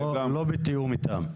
לא בתיאום איתם.